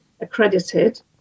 accredited